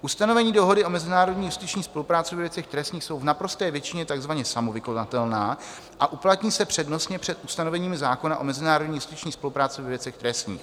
Ustanovení Dohody o mezinárodní justiční spolupráci ve věcech trestních jsou v naprosté většině takzvaně samovykonatelná a uplatní se přednostně před ustanoveními zákona o mezinárodní justiční spolupráci ve věcech trestních.